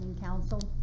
Council